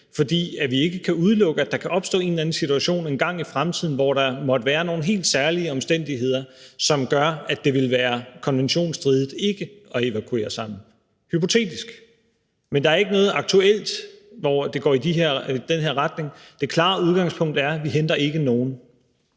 fordi vi ikke kan udelukke, at der kan opstå en eller anden situation engang i fremtiden, hvor der måtte være nogle helt særlige omstændigheder, som gjorde, at det ville være konventionsstridigt ikke at evakuere dem sammen – et hypotetisk eksempel. Men der er ikke noget aktuelt, hvor det går i den her retning. Det klare udgangspunkt er, at vi ikke henter nogen.